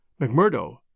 McMurdo